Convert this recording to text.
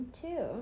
two